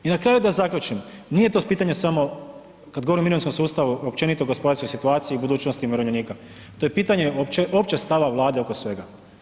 I na kraju da zaključim, nije to pitanje samo kada govorim o mirovinskom sustavu općenito o gospodarskoj situaciji i budućnosti umirovljenika, to je pitanje općeg stava Vlade oko svega.